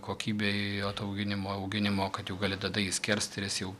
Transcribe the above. kokybei atauginimo auginimo kad jau gali tada jį skerst ir jis jau